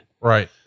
right